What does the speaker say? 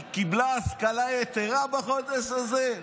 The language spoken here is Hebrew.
היא קיבלה השכלה יתרה בחודש הזה?